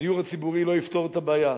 הדיור הציבורי לא יפתור את הבעיה.